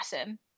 awesome